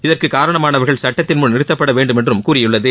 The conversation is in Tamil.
இதற்கு காரணமானவர்கள் சுட்டத்தின்முன் நிறுத்தப்பட வேண்டும் என்றும் கூறியுள்ளது